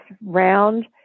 round